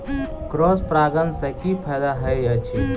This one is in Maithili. क्रॉस परागण सँ की फायदा हएत अछि?